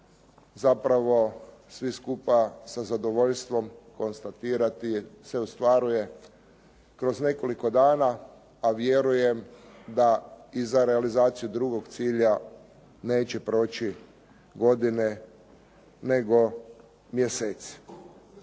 zapravo svi skupa sa zadovoljstvom konstatirati se ostvaruje kroz nekoliko dana, a vjerujem da i za realizaciju drugog cilja neće proći godine nego mjeseci.